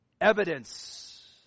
evidence